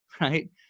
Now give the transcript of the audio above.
right